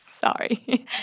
Sorry